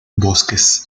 bosques